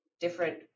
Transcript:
different